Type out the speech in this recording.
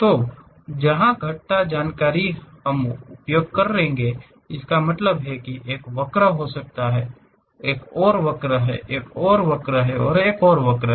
तो जहां घटता जानकारी हम उपयोग करेंगे इसका मतलब है कि एक वक्र हो सकता है एक और वक्र है एक और वक्र है एक और वक्र है